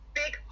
big